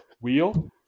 wheel